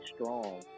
strong